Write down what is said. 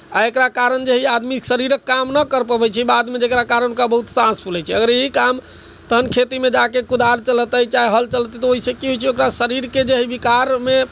आ एकरा कारण जे हइ आदमी शरीरक काम नहि करि पबै छै बादमे जकरा कारण ओकरा बहुत साँस फूलैत छै अगर इही काम तखन खेतीमे जा कऽ कुदार चलेतै चाहे हल चलेतै तऽ ओहिसँ कि होइ छै ओकरा शरीरके जे हइ विकारमे